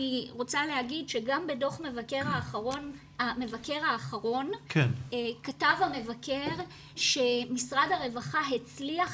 אני רוצה להגיד שגם בדוח המבקר האחרון כתב המבקר שמשרד הרווחה הצליח